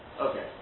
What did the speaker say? Okay